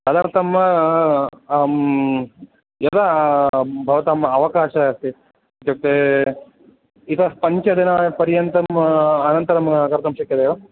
तदर्थं अहम् यदा भवताम् अवकाशः अस्ति इत्युक्ते इतः पञ्चदिनपर्यन्तं अनन्तरं कर्तुं शक्यते एव